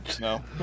No